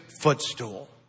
footstool